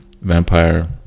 Vampire